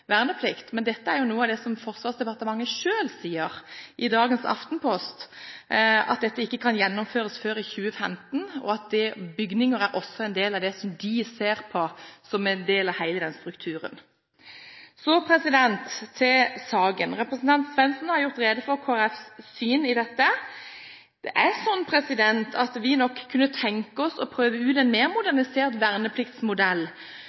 verneplikt. Det er jo Forsvarsdepartementet selv som i dagens Aftenposten sier at dette ikke kan gjennomføres før i 2015, og at bygninger også er noe av det de ser som del av hele den strukturen. Så til saken: Representanten Svendsen har gjort rede for Kristelig Folkepartis syn i dette. Vi kunne nok tenke oss å prøve ut en mer